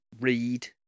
read